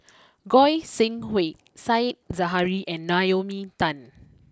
Goi Seng Hui Said Zahari and Naomi Tan